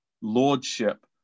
lordship